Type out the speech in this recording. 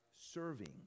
serving